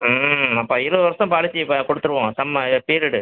ம் அப்போ இருபது வருஷம் பாலிசியை இப்போ கொடுத்துருவோம் சம்மை பீரியடு